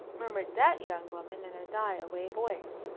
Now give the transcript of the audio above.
murmured that young woman in a die-away voice.